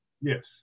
Yes